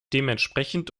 dementsprechend